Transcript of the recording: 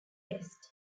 pest